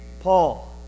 Paul